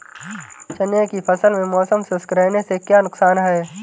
चने की फसल में मौसम शुष्क रहने से क्या नुकसान है?